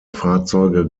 fahrzeuge